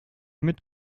mit